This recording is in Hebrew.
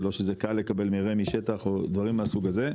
זה לא שזה קל לקבל מרעה משטח או דברים מהסוג הזה,